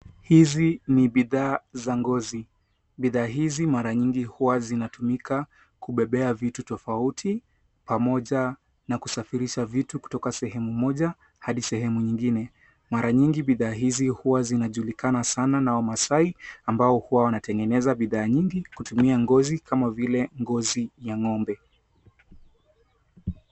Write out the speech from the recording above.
Hizi ni bidhaa za ngozi. Bidhaa hizi mara nyingi huwa zinatumika kubebea vitu tofauti pamoja na kusafirisha vitu kutoka sehemu moja hadi sehemu nyingine. Mara nyingi bidhaa hizi huwa zinajulikana sana na wamaasai ambao huwa wanatengeneza bidhaa nyingi kutumia ngozi kama vile ngozi ya ng'ombe.